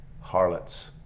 harlots